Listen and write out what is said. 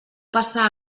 passar